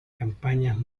campañas